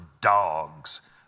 dogs